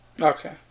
Okay